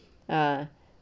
ah